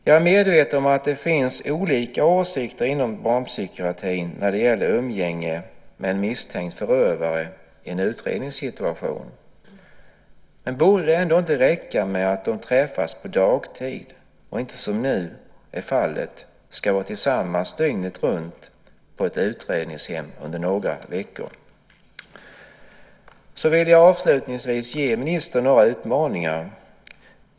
Jag är medveten om att det inom barnpsykiatrin finns olika åsikter om umgänge med en misstänkt förövare i en utredningssituation. Men borde det inte räcka med att de träffas under dagtid och inte som nu är fallet är tillsammans på ett utredningshem dygnet runt under några veckor? Jag vill avslutningsvis ge ministern några utmaningar.